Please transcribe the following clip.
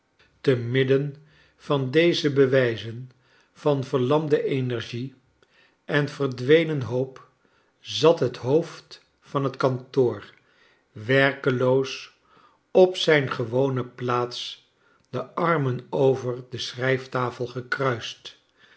te midden van deze bewrjzen van verlamde energie en verdwenen hoop zat het hoofd van het kantoor werkeloos op zijn gewone plaats de armen over de schrijftafel gekruist